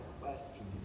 question